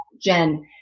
Jen